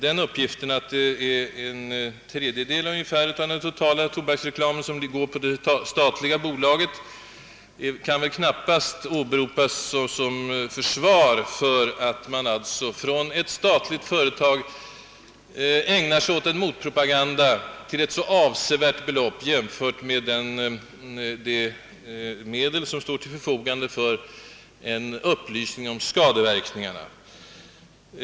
Denna uppgift att sålunda bara cirka en tredjedel av den totala tobaksreklamen täcks av det statliga bolaget kan i varje fall knappast åberopas som försvar för att ett statligt företag ägnar sig åt en motpropaganda på detta område, som drar så avsevärda belopp jämfört med de medel som ställs till förfogande för upplysning om tobakens skadeverkningar.